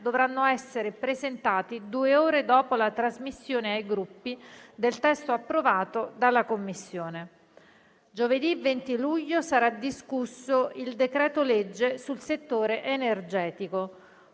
dovranno essere presentati due ore dopo la trasmissione ai Gruppi del testo approvato dalla Commissione. Giovedì 20 luglio sarà discusso il decreto-legge sul settore energetico.